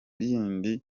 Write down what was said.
yindi